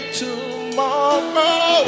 tomorrow